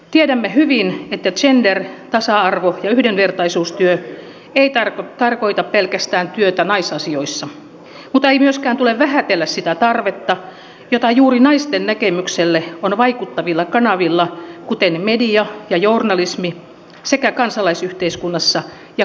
tiedämme hyvin että gender tasa arvo ja yhdenvertaisuustyö ei tarkoita pelkästään työtä naisasioissa mutta ei myöskään tule vähätellä sitä tarvetta jota juuri naisten näkemykselle on vaikuttavilla kanavilla kuten media ja journalismi sekä kansalaisyhteiskunnassa ja kansalaisjärjestöissä